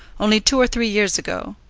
only two or three years ago.